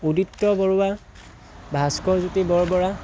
Udipta Baruah Bhaskar Jyoti Borbora